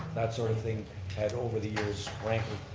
that sort of thing had over the years ranking,